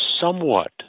somewhat